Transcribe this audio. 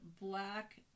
black